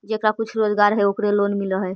जेकरा कुछ रोजगार है ओकरे लोन मिल है?